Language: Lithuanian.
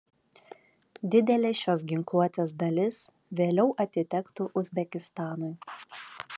didelė šios ginkluotės dalis vėliau atitektų uzbekistanui